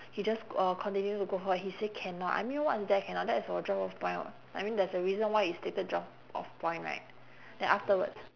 he just g~ uh continue to go forward he say cannot I mean what's there cannot that's for drop off point [what] I mean there's a reason why it's stated drop off point right then afterwards